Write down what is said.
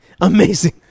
Amazing